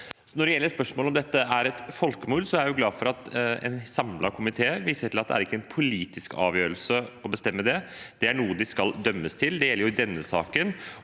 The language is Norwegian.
Når det gjelder spørsmålet om dette er et folkemord, er jeg glad for at en samlet komité viser til at det ikke er en politisk avgjørelse å bestemme det. Det er noe de skal dømmes til. Det gjelder i denne saken